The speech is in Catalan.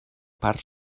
part